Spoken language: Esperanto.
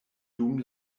dum